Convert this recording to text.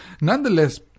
Nonetheless